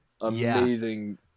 amazing